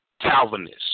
Calvinists